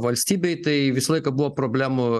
valstybei tai visą laiką buvo problemų